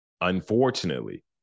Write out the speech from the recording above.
Unfortunately